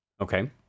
Okay